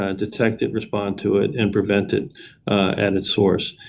ah detect it, respond to it, and prevent it at its source.